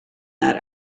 that